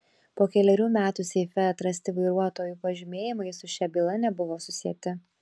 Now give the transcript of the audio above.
po kelerių metų seife atrasti vairuotojų pažymėjimai su šia byla nebuvo susieti